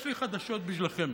יש לי חדשות בשבילכם: